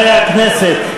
חברי הכנסת,